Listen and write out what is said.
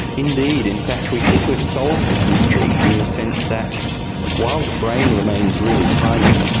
indeed, in fact we think we've solved this mystery in the sense that while the brain remains really tiny,